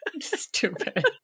stupid